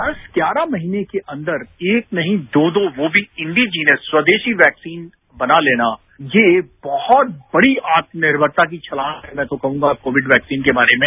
दस ग्यारह महीने के अंदर एक नहीं दो दो वह भी इंडिजीनस स्वदेशी वैक्सीन बना लेना ये बहुत बड़ी आत्मनिर्मरता की छलांग है मैं तो कहूंगा कोविड वैक्सीन के बारे में